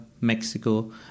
Mexico